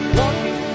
walking